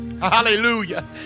hallelujah